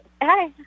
Hi